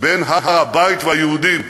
בין הר-הבית והיהודים.